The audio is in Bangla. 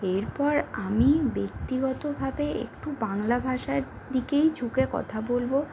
এরপর আমি ব্যক্তিগতভাবে একটু বাংলা ভাষার দিকেই ঝুঁকে কথা বলবো